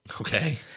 Okay